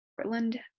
Portland